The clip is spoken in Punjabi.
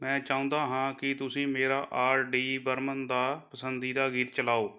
ਮੈਂ ਚਾਹੁੰਦਾ ਹਾਂ ਕਿ ਤੁਸੀਂ ਮੇਰਾ ਆਰ ਡੀ ਬਰਮਨ ਦਾ ਪਸੰਦੀਦਾ ਗੀਤ ਚਲਾਓ